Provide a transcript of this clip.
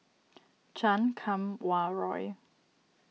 Chan Kum Wah Roy